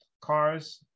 cars